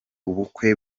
ubukwe